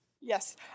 Yes